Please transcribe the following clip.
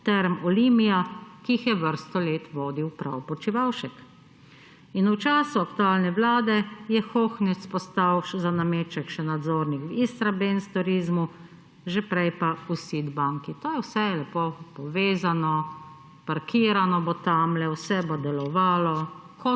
Term Olimia, ki jih je vrsto let vodil prav Počivalšek. In v času aktualne vlade je Hohnjec postal za nameček še nadzornik v Istrabenz turizmu, že prej pa v SID banki. To je vse lepo povezano, parkirano bo tamle, vse bo delovale,